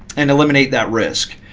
and eliminate that risk.